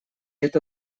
это